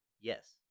yes